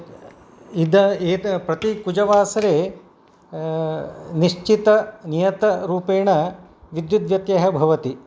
इद एत् प्रतिकुजवासरे निश्चितनियतरूपेण विद्युत् व्यत्ययः भवति